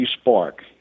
spark